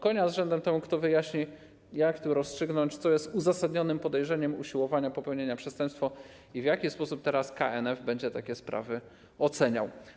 Konia z rzędem temu, kto wyjaśni, jak tu rozstrzygnąć, co jest uzasadnionym podejrzeniem usiłowania popełnienia przestępstwa i w jaki sposób teraz KNF będzie takie sprawy oceniał.